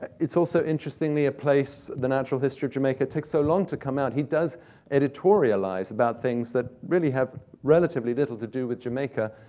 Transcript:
it's also, interestingly, ah the natural history of jamaica takes so long to come out, he does editorialize about things that really have relatively little to do with jamaica.